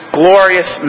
glorious